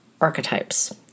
archetypes